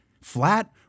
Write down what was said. flat